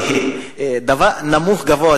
תקנות בעניין